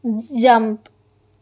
jump